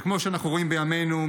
כמו שאנחנו רואים בימינו,